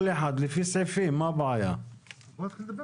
אני מציע שנדבר